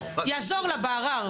יעזור לה בערער.